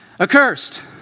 accursed